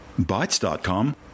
Bytes.com